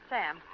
Sam